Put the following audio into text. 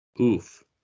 oof